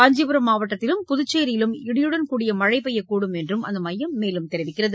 காஞ்சிபுரம் மாவட்டத்திலும் புதுச்சேரியிலும் இடியுடன் கூடிய மழை பெய்யக்கூடும் என்றும் அந்த மையம் தெரிவிக்கிறது